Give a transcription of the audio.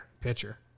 pitcher